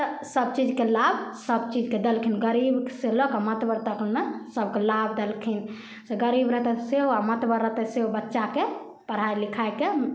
तऽ सब चीजके लाभ सब चीजके देलखिन गरीब से लऽ के मतबल तक मे सबके लाभ देलखिन से गरीब रहते तऽ सेहो आ मतबल रहते सेहो बच्चाके पढ़ाइ लिखाइके